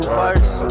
worse